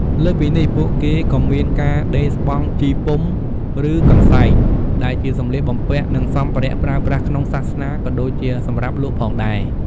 លើសពីនេះ ពួកគេក៏មានការ ដេរស្បង់ ជីពុំ ឬកន្សែង ដែលជាសម្លៀកបំពាក់ និងសម្ភារៈប្រើប្រាស់ក្នុងសាសនា ក៏ដូចជាសម្រាប់លក់ផងដែរ។